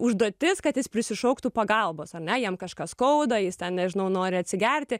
užduotis kad jis prisišauktų pagalbos ar ne jam kažką skauda jis ten nežinau nori atsigerti